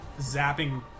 zapping